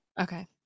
Okay